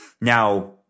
Now